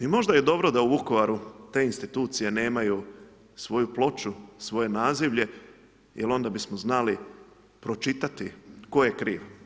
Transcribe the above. I možda je dobro da Vukovaru te institucije nemaju svoju ploču, svoje nazivlje jer onda bismo znali pročitati tko kriv.